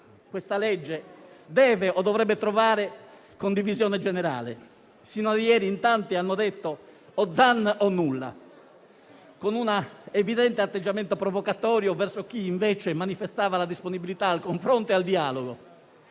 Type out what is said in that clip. questa legge deve o dovrebbe trovare condivisione generale. Sino a ieri in tanti hanno detto «o Zan o nulla» con un evidente atteggiamento provocatorio verso chi invece manifestava la disponibilità al confronto e al dialogo.